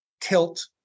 tilt